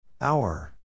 Hour